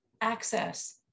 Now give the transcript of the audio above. access